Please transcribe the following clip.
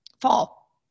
fall